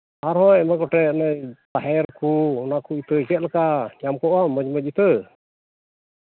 ᱟᱨᱦᱚᱸ ᱟᱭᱢᱟ ᱜᱚᱴᱮᱱ ᱚᱱᱮ ᱛᱟᱦᱮᱨ ᱠᱚ ᱚᱱᱟ ᱠᱚ ᱤᱛᱟᱹ ᱪᱮᱫ ᱞᱮᱠᱟ ᱧᱟᱢ ᱠᱚᱜᱼᱟ ᱢᱚᱡᱽ ᱢᱚᱡᱽ ᱤᱛᱟᱹ